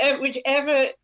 whichever